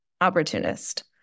Opportunist